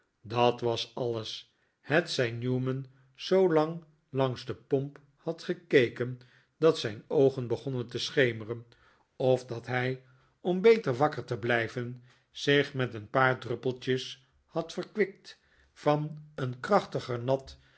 dat was alles hetzij newman zoolang langs de pomp had gekeken dat zijn oogen begonnen te schemeren of dat hij om beter wakker te blijven zich met een paar druppeltjes had verkwikt van een krachtiger nat